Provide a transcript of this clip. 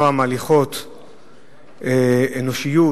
נועם הליכות, אנושיות.